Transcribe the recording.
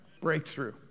Breakthrough